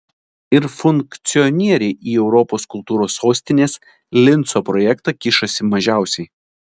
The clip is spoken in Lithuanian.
ir funkcionieriai į europos kultūros sostinės linco projektą kišasi mažiausiai